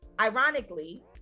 ironically